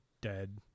dead